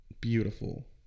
beautiful